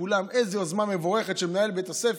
כולם: איזה יוזמה מבורכת של מנהל בית הספר,